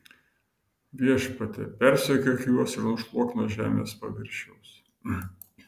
viešpatie persekiok juos ir nušluok nuo žemės paviršiaus